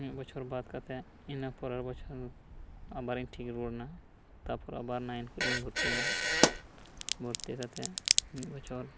ᱢᱤᱫ ᱵᱚᱪᱷᱚᱨ ᱵᱟᱫᱽ ᱠᱟᱛᱮ ᱤᱱᱟᱹ ᱯᱚᱨᱮᱨ ᱵᱚᱪᱷᱚᱨ ᱟᱵᱟᱨᱤᱧ ᱴᱷᱤᱠ ᱨᱩᱭᱟᱹᱲ ᱮᱱᱟ ᱛᱟᱯᱚᱨ ᱟᱵᱟᱨ ᱱᱟᱭᱤᱱ ᱠᱷᱚᱱᱤᱧ ᱵᱷᱚᱨᱛᱤᱭᱮᱱᱟ ᱵᱷᱚᱨᱛᱤ ᱠᱟᱛᱮ ᱢᱤᱫ ᱵᱚᱪᱷᱚᱨ